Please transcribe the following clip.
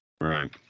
Right